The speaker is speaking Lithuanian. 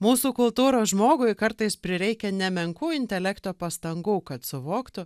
mūsų kultūros žmogui kartais prireikia nemenkų intelekto pastangų kad suvoktų